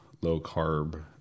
low-carb